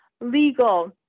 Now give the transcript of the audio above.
legal